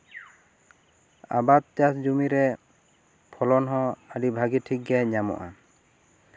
ᱟᱵᱟᱫ ᱪᱟᱥ ᱡᱩᱢᱤ ᱨᱮ ᱯᱷᱚᱞᱚᱱ ᱦᱚᱸ ᱟᱹᱰᱤ ᱵᱷᱟᱹᱜᱤ ᱴᱷᱤᱠ ᱜᱮ ᱧᱟᱢᱚᱜᱼᱟ